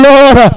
Lord